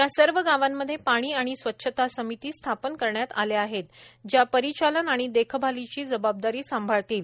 या सर्व गावांमध्ये पाणी आणि स्वच्छता आणि पाणी समिती स्थापन करण्यात आल्या आहेत ज्या परिचालन आणि देखभालीची जबाबदारी सांभाळतील